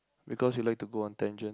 because you like to go on tangent